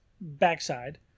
backside